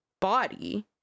body